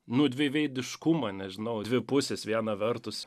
nu dviveidiškumą nežinau dvi pusės viena vertus